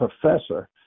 professor